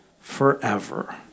forever